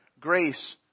grace